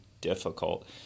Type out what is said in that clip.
difficult